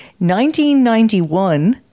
1991